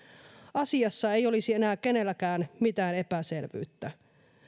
asiassa ei olisi enää kenelläkään mitään epäselvyyttä